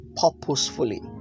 purposefully